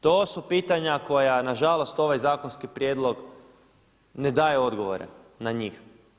To su pitanja koja na žalost ovaj zakonski prijedlog ne daje odgovore na njih.